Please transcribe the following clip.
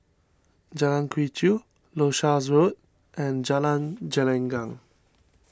Jalan Quee Chew Leuchars Road and Jalan Gelenggang